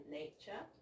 nature